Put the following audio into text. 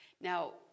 Now